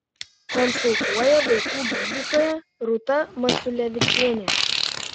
konsultuoja vaikų gydytoja rūta maciulevičienė